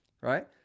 right